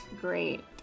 Great